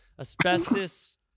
Asbestos